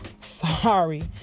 sorry